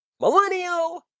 Millennial